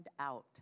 out